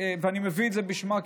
ואני מביא את זה בשמה,